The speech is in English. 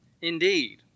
Indeed